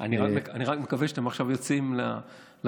אני רק מקווה שאם אתם עכשיו יוצאים לדרום,